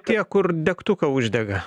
tie kur degtuką uždega